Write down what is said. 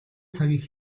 цагийг